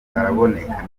araboneka